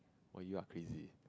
when you are crazy